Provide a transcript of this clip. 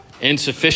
insufficient